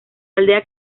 aldea